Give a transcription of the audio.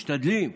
משתדלים,